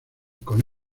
con